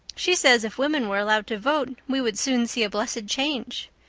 she says if women were allowed to vote we would soon see a blessed change.